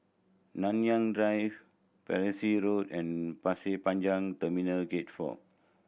Nanyang Drive Peirce Road and Pasir Panjang Terminal Gate Four